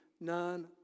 none